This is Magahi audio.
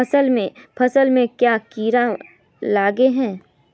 फसल में क्याँ कीड़ा लागे है?